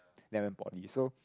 Nanyang Poly so